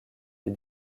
des